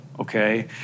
okay